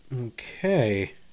Okay